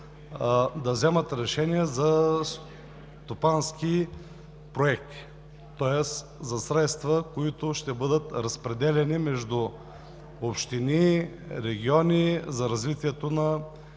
да вземат решения за стопански проекти, тоест за средства, които ще бъдат разпределяни между общини – региони за развитието на